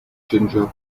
ginger